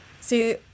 See